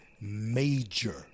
major